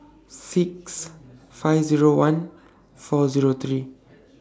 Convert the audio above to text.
six five Zero one four Zero three